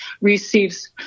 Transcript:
receives